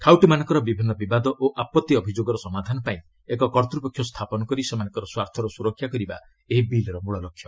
ଖାଉଟିମାନଙ୍କର ବିଭିନ୍ନ ବିବାଦ ଓ ଆପତ୍ତି ଅଭିଯୋଗର ସମାଧାନ ପାଇଁ ଏକ କର୍ତ୍ତୃପକ୍ଷ ସ୍ଥାପନ କରି ସେମାନଙ୍କର ସ୍ୱାର୍ଥର ସୁରକ୍ଷା କରିବା ଏହି ବିଲ୍ର ମୂଳ ଲକ୍ଷ୍ୟ